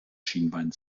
schienbein